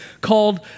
called